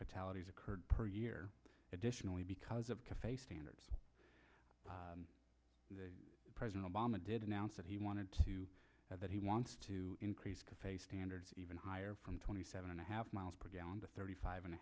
fatalities occurred per year additionally because of cafe standards president obama did announce that he wanted to that he wants to increase cafe standards even higher from twenty seven and a half miles per gallon to thirty five and a